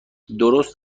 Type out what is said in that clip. درست